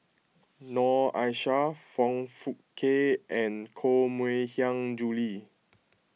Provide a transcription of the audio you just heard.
Noor Aishah Foong Fook Kay and Koh Mui Hiang Julie